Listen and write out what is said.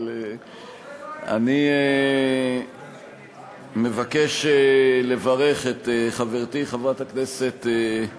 אבל ------- אני מבקש לברך את חברתי חברת הכנסת רחל עזריה,